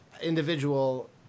individual